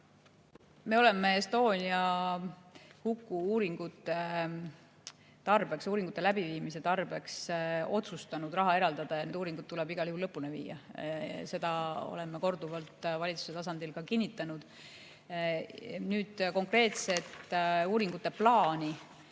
uuringute tarbeks, uuringute läbiviimise tarbeks otsustanud raha eraldada. Need uuringud tuleb igal juhul lõpule viia. Seda olen ma korduvalt valitsuse tasandil ka kinnitanud. Nüüd, konkreetset uuringute plaani